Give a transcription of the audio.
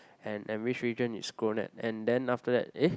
and at which region it's gown at and then after that eh